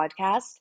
podcast